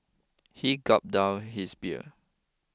he gulped down his beer